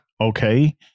Okay